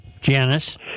Janice